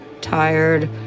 tired